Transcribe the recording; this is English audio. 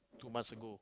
two months ago